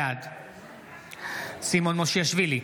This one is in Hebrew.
בעד סימון מושיאשוילי,